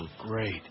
Great